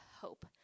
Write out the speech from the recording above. hope